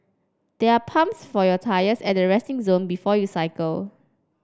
there are pumps for your tyres at the resting zone before you cycle